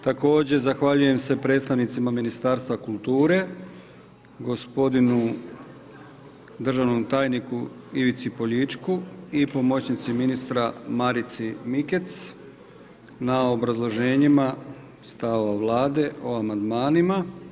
Također zahvaljujem se predstavnicima Ministarstva kulture, gospodinu državnom tajniku Ivici Poljičku i pomoćnici ministra Marici Mikec na obrazloženjima stavova Vlade o amandmanima.